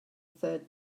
third